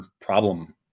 problem